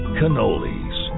cannolis